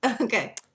Okay